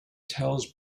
tells